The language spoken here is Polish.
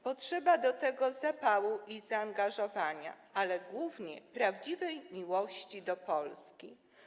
Potrzeba do tego zapału i zaangażowania, ale głównie prawdziwej miłości do Polski.